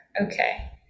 Okay